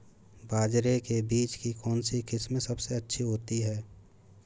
बाजरे के बीज की कौनसी किस्म सबसे अच्छी होती है?